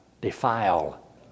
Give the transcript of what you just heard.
defile